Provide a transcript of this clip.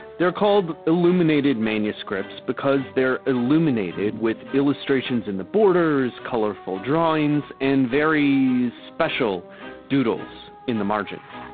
they're called illuminated manuscripts because they're illuminated with illustrations in the borders, colorful drawings, and very, special doodles in the margins.